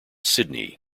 sydney